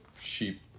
sheep